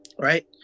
Right